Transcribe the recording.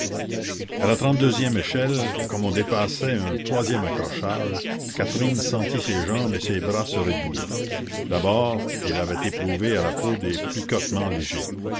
a la trente-deuxième échelle comme on dépassait un troisième accrochage catherine sentit ses jambes et ses bras se raidir d'abord elle avait éprouvé à la peau des picotements légers